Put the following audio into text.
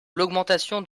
l’augmentation